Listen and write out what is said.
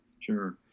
sure